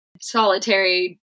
solitary